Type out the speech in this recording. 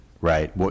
right